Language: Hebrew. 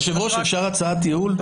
הצעת ייעול.